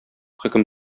хөкем